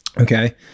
okay